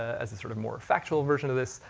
as a sort of more factual version of this.